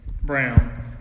Brown